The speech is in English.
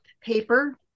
paper